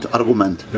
argument